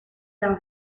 d’un